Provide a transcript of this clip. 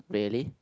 really